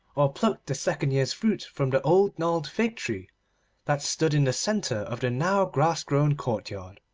or plucked the second year's fruit from the old gnarled fig-tree that stood in the centre of the now grass grown courtyard.